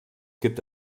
gibt